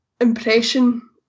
impression